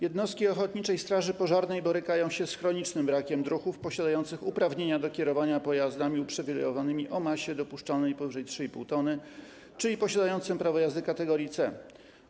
Jednostki ochotniczej straży pożarnej borykają się z chronicznym brakiem druhów posiadających uprawnienia do kierowania pojazdami uprzywilejowanymi o masie dopuszczalnej powyżej 3,5 t, czyli posiadających prawo jazdy kategorii C.